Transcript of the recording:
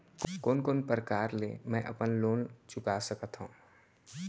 कोन कोन प्रकार ले मैं अपन लोन चुका सकत हँव?